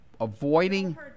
avoiding